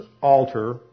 altar